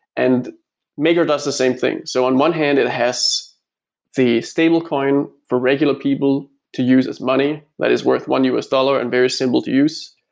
and makerdao is the same thing. so on one hand, it has the stablecoin for regular people to use as money that is worth one us dollar and very simple to use.